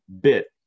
bit